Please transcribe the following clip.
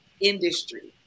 industry